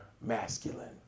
masculine